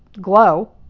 glow